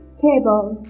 table